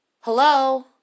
Hello